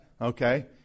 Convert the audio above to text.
Okay